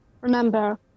remember